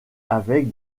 avec